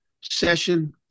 session